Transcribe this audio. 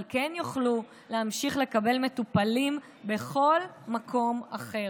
אבל כן יוכלו להמשיך לקבל מטופלים בכל מקום אחר.